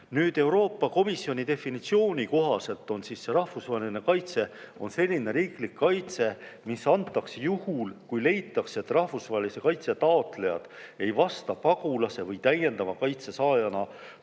Nüüd, Euroopa Komisjoni definitsiooni kohaselt on rahvusvaheline kaitse riiklik kaitse, mis antakse juhul, kui leitakse, et kaitse taotleja ei vasta pagulasena või täiendava kaitse saajana